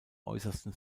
äußersten